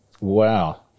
Wow